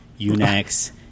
Unix